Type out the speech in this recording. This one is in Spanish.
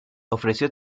ofreció